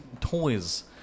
toys